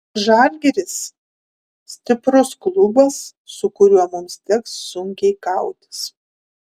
žalgiris stiprus klubas su kuriuo mums teks sunkiai kautis